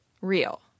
real